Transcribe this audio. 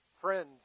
friends